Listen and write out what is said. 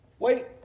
Wait